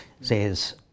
says